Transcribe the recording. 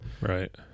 right